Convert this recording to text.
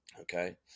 Okay